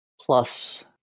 Plus